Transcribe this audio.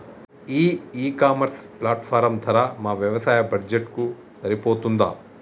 ఈ e commerce platform ధర మా వ్యవసాయ బడ్జెట్ కు సరిపోతుందా?